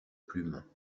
plumes